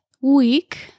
week